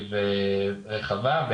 בנגב רחבה.